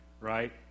right